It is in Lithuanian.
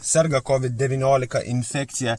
serga covid devyniolika infekcija